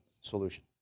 solution